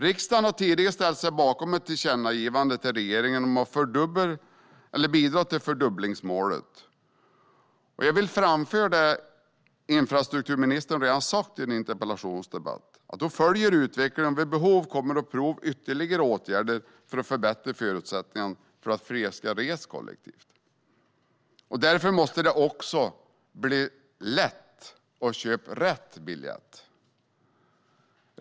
Riksdagen har tidigare ställt sig bakom ett tillkännagivande till regeringen om att bidra till fördubblingsmålet. Jag vill framföra det infrastrukturministern redan har sagt i en interpellationsdebatt, nämligen att hon följer utvecklingen och vid behov kommer att prova ytterligare åtgärder för att förbättra förutsättningarna för att fler ska resa kollektivt. Det måste också bli lätt att köpa rätt biljett.